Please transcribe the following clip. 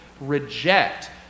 reject